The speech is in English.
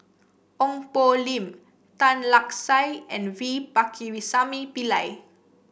Ong Poh Lim Tan Lark Sye and V Pakirisamy Pillai